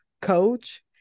coach